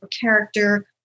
character